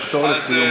תחתור לסיום,